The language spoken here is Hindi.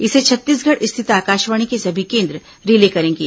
इसे छत्तीसगढ़ स्थित आकाशवाणी के सभी केंद्र रिले करेंगे